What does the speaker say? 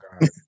God